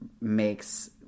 makes